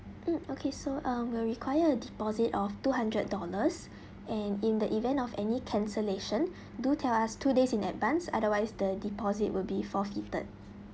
mm okay so um we'll require a deposit of two hundred dollars and in the event of any cancellation do tell us two days in advance otherwise the deposit will be forfeited